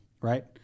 right